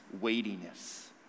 weightiness